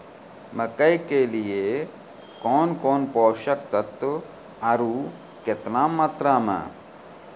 मकई के लिए कौन कौन पोसक तत्व चाहिए आरु केतना मात्रा मे?